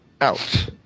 out